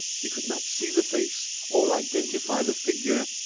he could not see the face or identify the figure,